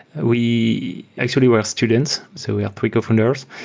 we actually were students. so we are three cofounders.